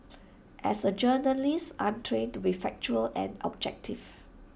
as A journalist I'm trained to be factual and objective